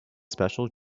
special